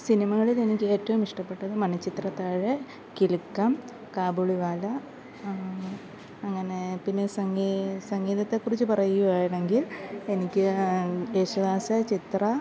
സിനിമകളിൽ എനിക്ക് ഏറ്റവും ഇഷ്ടപ്പെട്ടത് മണിച്ചിത്രത്താഴ് കിലുക്കം കാബൂളിവാല അങ്ങനെ പിന്നെ സംങ്ങീ സംഗീതത്തെക്കുറിച്ച് പറയുകയാണെങ്കിൽ എനിക്ക് യേശുദാസ് ചിത്ര